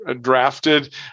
drafted